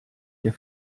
der